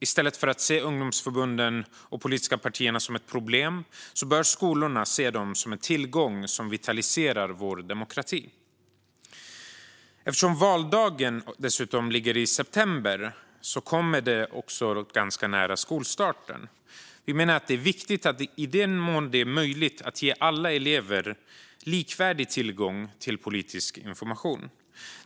I stället för att se ungdomsförbund och politiska partier som ett problem bör skolorna se dem som en tillgång som vitaliserar vår demokrati. Eftersom valdagen dessutom ligger i september kommer den ofta ganska nära skolstarten. Det är viktigt att i den mån det är möjligt ge alla elever likvärdig tillgång till politisk information.